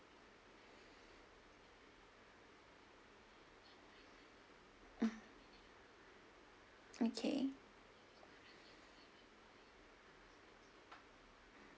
mm okay